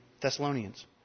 Thessalonians